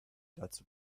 dazu